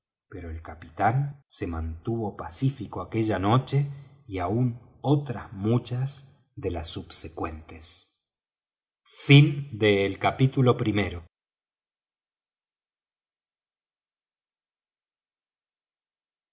pero el capitán se mantuvo pacífico aquella noche y aun otras muchas de las subsecuentes capítulo